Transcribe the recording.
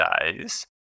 days